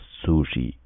sushi